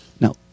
Now